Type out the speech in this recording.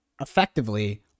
effectively